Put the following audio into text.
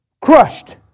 crushed